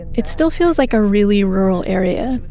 it still feels like a really rural area.